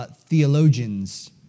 theologians